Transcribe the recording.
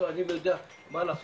מה לעשות,